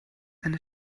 eine